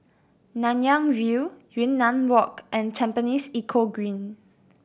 Nanyang View Yunnan Walk and Tampines Eco Green